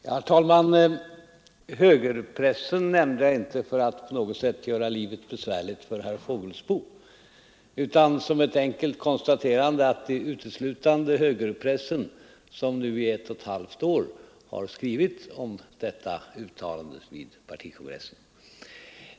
Herr talman! Högerpressen nämnde jag inte för att på något sätt göra livet besvärligt för herr Fågelsbo utan som ett enkelt konstaterande att det är uteslutande högerpressen som nu i ett och ett halvt år har skrivit om detta mitt uttalande vid partikongressen.